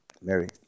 Mary